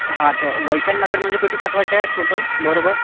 हां तर वैशाली नगरमध्ये कुठे पाठवायचा आहे टोटल बरोबर